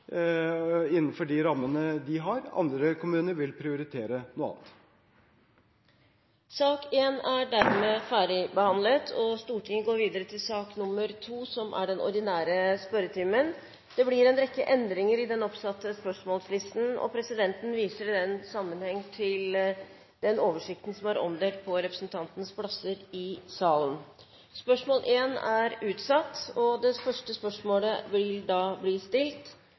innenfor de rammene de har, andre kommuner vil prioritere noe annet. Sak nr. 1 er dermed ferdigbehandlet. Det blir en rekke endringer i den oppsatte spørsmålslisten, og presidenten viser i den sammenheng til den oversikten som er omdelt på representantenes plasser i salen. De foreslåtte endringer foreslås godkjent. – Det anses vedtatt. Endringene var som følger: Spørsmål 1, fra representanten Bård Vegar Solhjell til statsministeren, er